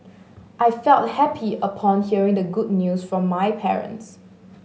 I felt happy upon hearing the good news from my parents